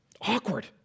Awkward